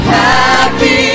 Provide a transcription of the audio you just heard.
happy